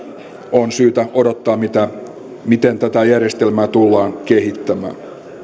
on syytä odottaa miten tätä järjestelmää tullaan kehittämään